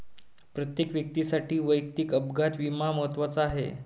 प्रत्येक व्यक्तीसाठी वैयक्तिक अपघात विमा महत्त्वाचा आहे